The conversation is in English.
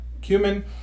cumin